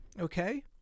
okay